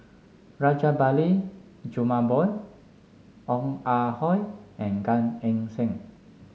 Rajabali Jumabhoy Ong Ah Hoi and Gan Eng Seng